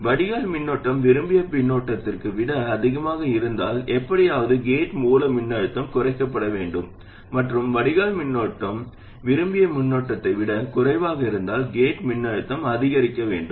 வடிகால் மின்னோட்டம் விரும்பிய மின்னோட்டத்தை விட அதிகமாக இருந்தால் எப்படியாவது கேட் மூல மின்னழுத்தம் குறைக்கப்பட வேண்டும் மற்றும் வடிகால் மின்னோட்டம் விரும்பிய மின்னோட்டத்தை விட குறைவாக இருந்தால் கேட் மூல மின்னழுத்தம் அதிகரிக்க வேண்டும்